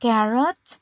Carrot